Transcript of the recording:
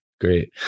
Great